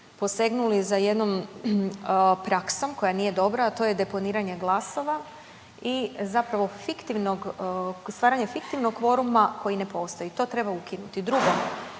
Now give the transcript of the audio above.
posegnuli za jednom praksom koja nije dobra, a to je deponiranje glasova i zapravo fiktivnog, stvaranje fiktivnog kvoruma koji ne postoji, to treba ukinuti. Drugo,